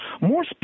More